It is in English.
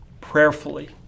prayerfully